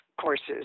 courses